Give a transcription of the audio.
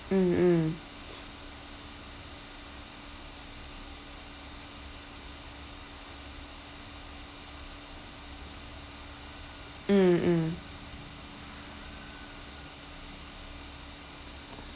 mm mm mm mm